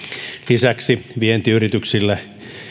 lisäksi vientiyrityksillä ovat